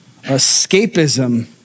Escapism